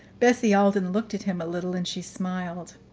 bessie alden looked at him a little, and she smiled.